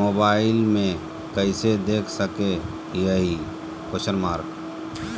Mobile में कैसे देख सके हियई?